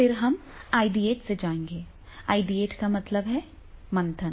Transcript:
फिर हम आइडिएट से जाएंगे आइडिएट का मतलब है मंथन